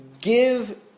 give